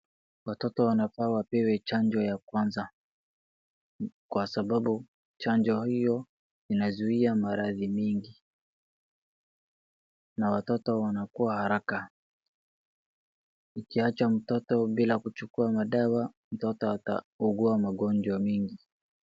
Watoto wanafaa wapewe chanjo ya kwanza. Kwa sababu chanjo hiyo inazuia maradhi mingi, na watoto wanakua haraka. Ikiacha mtoto bila kuchukua madawa, mtoto ataugua magonjwa mingi.